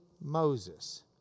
Moses